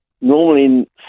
normally